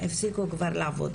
הפסיקו כבר לעבוד.